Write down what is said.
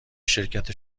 شرکت